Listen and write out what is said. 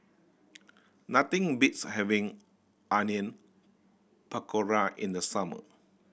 nothing beats having Onion Pakora in the summer